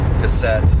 cassette